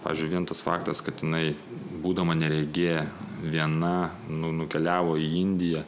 pavyzdžiui vien tas faktas kad jinai būdama neregė viena nu nukeliavo į indiją